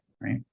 right